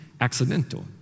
accidental